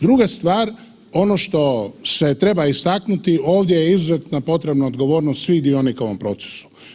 Druga stvar ono što se treba istaknuti ovdje je izuzetno potrebna odgovornost svih dionika u ovom procesu.